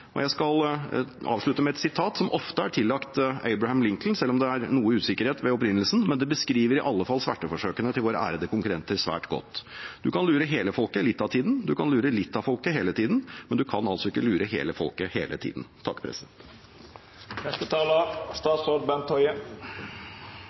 fleste. Jeg skal avslutte med et sitat som ofte er tillagt Abraham Lincoln, selv om det er noe usikkerhet ved opprinnelsen, men det beskriver sverteforsøkene til våre ærede konkurrenter svært godt: Du kan lure hele folket litt av tiden, du kan lure litt av folket hele tiden, men du kan ikke lure hele folket hele tiden.